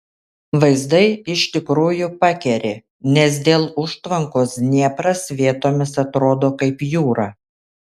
vaizdai iš tikrųjų pakeri nes dėl užtvankos dniepras vietomis atrodo kaip jūra